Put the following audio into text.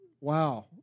wow